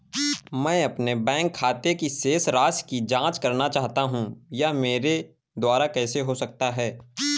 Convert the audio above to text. मैं अपने बैंक खाते की शेष राशि की जाँच करना चाहता हूँ यह मेरे द्वारा कैसे हो सकता है?